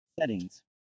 Settings